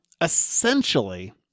essentially